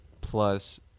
plus